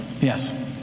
Yes